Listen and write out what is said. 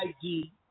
ID